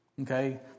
Okay